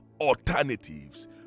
alternatives